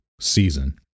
season